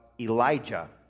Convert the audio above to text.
Elijah